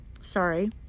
sorry